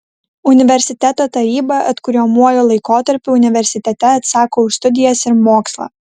universiteto taryba atkuriamuoju laikotarpiu universitete atsako už studijas ir mokslą